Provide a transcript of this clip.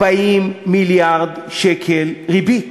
40 מיליארד שקל ריבית.